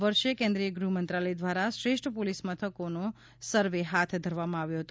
આ વર્ષે કેન્દ્રિય ગૃહ મંત્રાલય દ્વારા શ્રેષ્ઠ પોલીસ મથકોનો સર્વે હાથ ધરવામાં આવ્યો હતો